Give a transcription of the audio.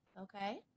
Okay